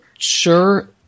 Sure